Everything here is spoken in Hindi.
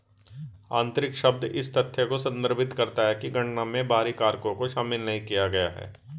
आंतरिक शब्द इस तथ्य को संदर्भित करता है कि गणना में बाहरी कारकों को शामिल नहीं किया गया है